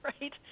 right